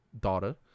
daughter